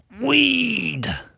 Weed